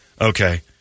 okay